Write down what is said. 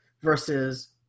versus